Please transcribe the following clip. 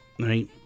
right